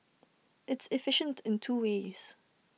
it's efficient in two ways